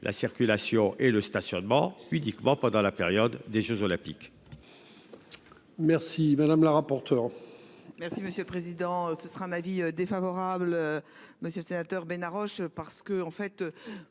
la circulation et le stationnement uniquement pendant la période des Jeux olympiques.